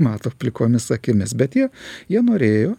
mato plikomis akimis bet tie jie norėjo